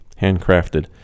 handcrafted